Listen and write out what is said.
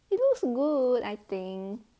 it looks good I think